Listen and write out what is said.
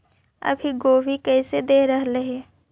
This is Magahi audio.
अभी गोभी कैसे दे रहलई हे?